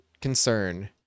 concern